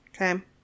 Okay